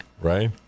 Right